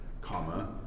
comma